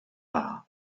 dda